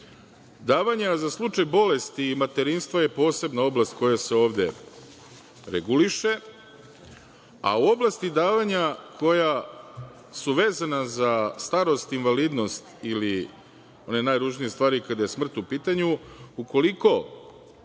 nosioca. Davanja za slučaj bolesti i materinstva je posebna oblast koja se ovde reguliše, a u oblasti davanja koja su vezana za starost, invalidnost ili one najružnije stvari, kada je smrt u pitanju, ukoliko